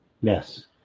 Yes